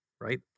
Right